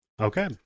Okay